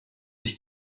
sich